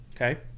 okay